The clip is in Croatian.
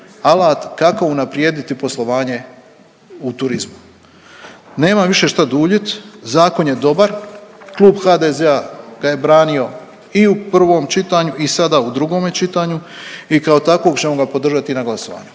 alat kako unaprijediti poslovanje u turizmu. Nemam više što duljit, zakon je dobar. Klub HDZ-a ga je branio i u prvom čitanju i sada u drugome čitanju i kao takvog ćemo ga podržati na glasovanju.